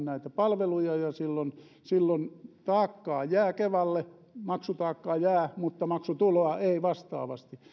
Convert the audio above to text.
palveluja ja silloin silloin kevalle jää maksutaakkaa mutta maksutuloa ei vastaavasti ja